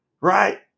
right